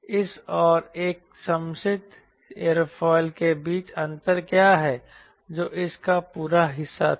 तो अब इस और एक सममित एयरोफिल के बीच अंतर क्या है जो इस का पूरा हिस्सा था